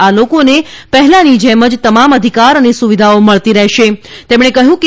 આ લોકોને પહેલાની જેમ જ તમામ અધિકાર અને સુવિધાઓ મળતી રહેશેતેમણે કહ્યું કે